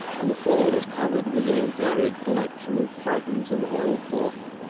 and the floor was covered with a varied collection of fragments of oilcloth.